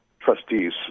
trustees